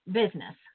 business